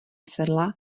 sedla